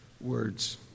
words